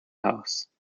house